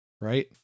right